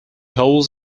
holds